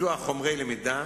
פיתוח חומרי למידה,